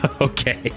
okay